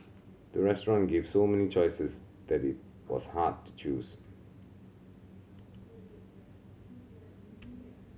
the restaurant gave so many choices that it was hard to choose